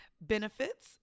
benefits